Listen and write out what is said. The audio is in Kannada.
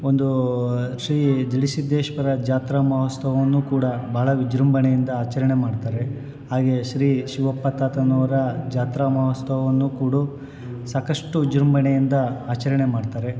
ಒಂದು ಶ್ರೀ ಜಲಿಸಿದ್ದೇಶ್ವರ ಜಾತ್ರಾ ಮಹೋತ್ಸವವನ್ನು ಕೂಡ ಭಾಳ ವಿಜೃಂಭಣೆಯಿಂದ ಆಚರಣೆ ಮಾಡ್ತಾರೆ ಹಾಗೆ ಶ್ರೀ ಶಿವಪ್ಪ ತಾತನವರ ಜಾತ್ರಾ ಮಹೋತ್ಸವವನ್ನು ಕೂಡ ಸಾಕಷ್ಟು ವಿಜೃಂಭಣೆಯಿಂದ ಆಚರಣೆ ಮಾಡ್ತಾರೆ